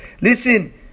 Listen